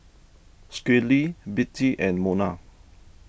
Schley Bettie and Mona